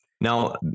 Now